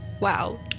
Wow